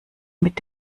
mit